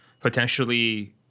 potentially –